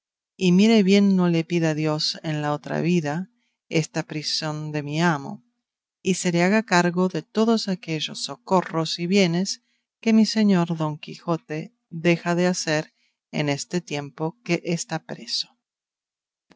y mire bien no le pida dios en la otra vida esta prisión de mi amo y se le haga cargo de todos aquellos socorros y bienes que mi señor don quijote deja de hacer en este tiempo que está preso